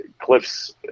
Cliff's